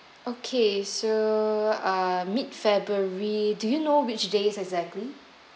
okay so uh mid february do you know which days exactly